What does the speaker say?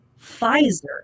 Pfizer